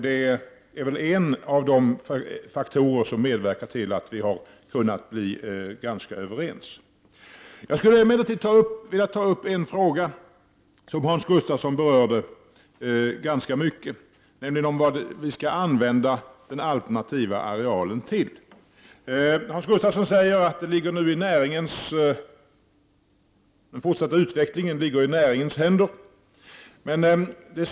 Det är en av de faktorer som medverkat till att vi har kunnat bli ganska överens. Jag skall ta upp till debatt en fråga som också Hans Gustafsson berörde ganska mycket, nämligen frågan till vad vi skall använda den alternativa arealen. Hans Gustafsson säger att den fortsatta utvecklingen ligger i näringens egna händer.